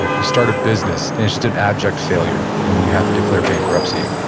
ah you start a business and it's just an abject failure and you have to declare bankruptcy,